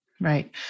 Right